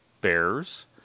bears